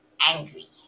angry